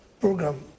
program